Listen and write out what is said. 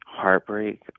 Heartbreak